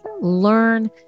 learn